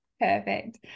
perfect